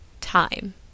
time